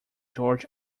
george